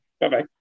Bye-bye